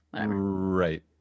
Right